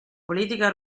politica